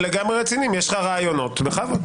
אם יש לך רעיונות בכבוד.